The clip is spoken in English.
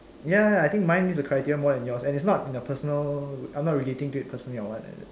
ya ya I think mine meet the criteria more than yours and it's not in a personal I'm not relating to it personally or [what] uh